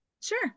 sure